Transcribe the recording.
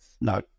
no